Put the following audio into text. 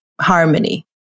harmony